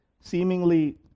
seemingly